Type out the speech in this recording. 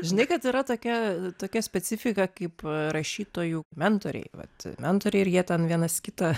žinai kad yra tokia tokia specifika kaip rašytojų mentoriai vat mentoriai ir jie ten vienas kitą